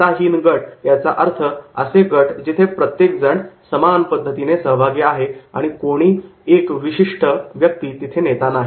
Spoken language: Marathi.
नेताहीन गट याचा अर्थ असे गट जिथे प्रत्येकजण समान पद्धतीने सहभागी आहे आणि कोणी एक विशिष्ट व्यक्ती तिथे नेता नाही